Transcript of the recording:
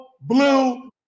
blue